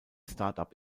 startup